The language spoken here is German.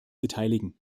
beteiligen